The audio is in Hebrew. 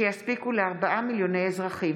שיספיקו לארבעה מיליוני אזרחים,